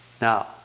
Now